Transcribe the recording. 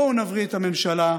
בואו נבריא את הממשלה,